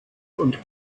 und